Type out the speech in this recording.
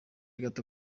gato